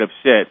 upset